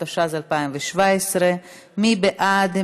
התשע"ז 2017. מי בעד?